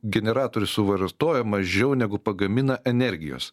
generatorius suvartoja mažiau negu pagamina energijos